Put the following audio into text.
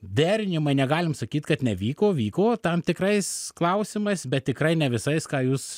derinimai negalim sakyt kad nevyko vyko tam tikrais klausimais bet tikrai ne visais ką jūs